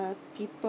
are people